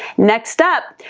next up,